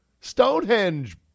Stonehenge